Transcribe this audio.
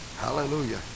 Hallelujah